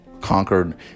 conquered